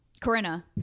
Corinna